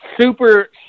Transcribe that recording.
Super